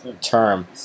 term